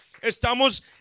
Estamos